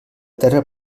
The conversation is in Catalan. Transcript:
terra